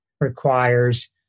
requires